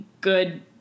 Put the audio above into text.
good